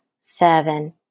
seven